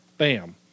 Bam